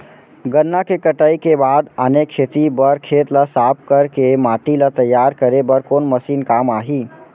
गन्ना के कटाई के बाद आने खेती बर खेत ला साफ कर के माटी ला तैयार करे बर कोन मशीन काम आही?